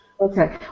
Okay